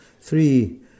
three